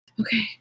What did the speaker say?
Okay